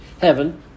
heaven